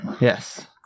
Yes